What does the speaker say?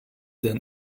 than